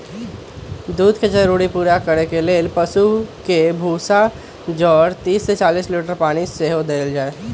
दूध के जरूरी पूरा करे लेल पशु के भूसा जौरे तीस से चालीस लीटर पानी सेहो देल जाय